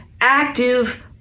active